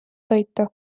toitu